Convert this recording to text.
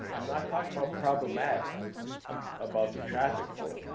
i'm not talking about problematic um about the traffic flow.